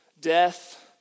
death